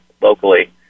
locally